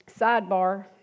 Sidebar